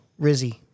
Rizzy